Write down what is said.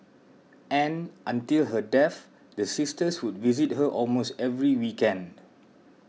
and until her death the sisters would visit her almost every weekend